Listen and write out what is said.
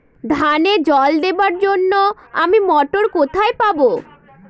ধানে জল দেবার জন্য আমি মটর কোথায় পাবো?